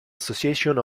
association